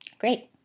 Great